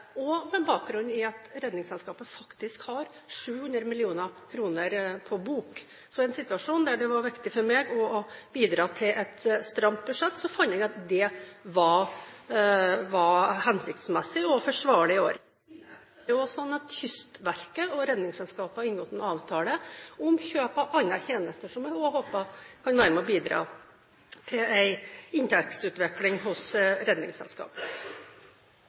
og med bakgrunn i at Redningsselskapet faktisk har 700 mill. kr på bok. Så i en situasjon der det var viktig for meg å bidra til et stramt budsjett, fant jeg at det var hensiktsmessig og forsvarlig i år. I tillegg har jo Kystverket og Redningsselskapet inngått en avtale om kjøp av andre tjenester, som jeg også håper kan være med og bidra til en inntektsutvikling hos